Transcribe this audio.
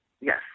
Yes